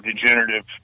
degenerative